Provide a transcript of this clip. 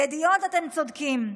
ידיעות, אתם צודקים.